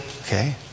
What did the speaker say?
okay